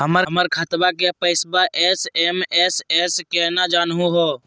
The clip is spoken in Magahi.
हमर खतवा के पैसवा एस.एम.एस स केना जानहु हो?